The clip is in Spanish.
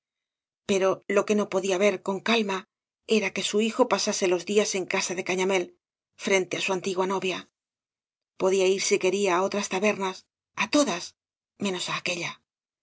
pero lo que no podía ver con calma era que su hijo pasase los días en casa de cañamél frente á bu antigua novia podía ir si quería á otras tabernas á todas menos á aquélla